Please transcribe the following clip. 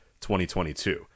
2022